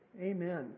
Amen